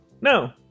No